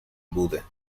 buda